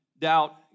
doubt